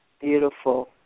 beautiful